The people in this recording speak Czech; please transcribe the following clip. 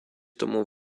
tomu